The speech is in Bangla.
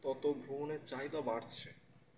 তত ভ্রমণের চাহিদা বাড়ছে